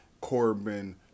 Corbin